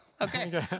Okay